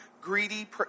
greedy